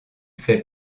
fait